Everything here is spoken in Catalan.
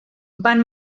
van